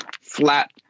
flat